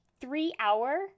Three-hour